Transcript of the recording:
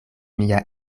mia